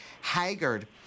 Haggard